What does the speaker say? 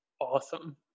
Awesome